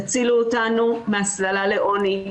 תצילו אותנו מהסללה לעוני,